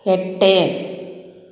எட்டு